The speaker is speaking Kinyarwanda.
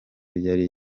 yari